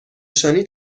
نشانی